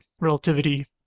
Relativity